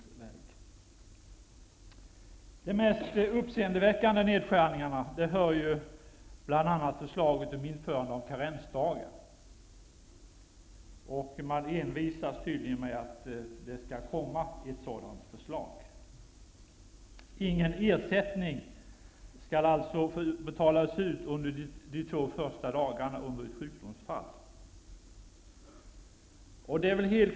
Till de mest uppseendeväckande nedskärningarna hör bl.a. förslaget om införande av karensdagar. Man envisas tydligen med att det skall komma ett sådant förslag. Ingen ersättning skall alltså få betalas ut under de två första dagarna vid ett sjukdomsfall.